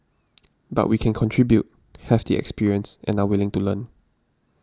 but we can contribute have the experience and are willing to learn